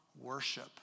worship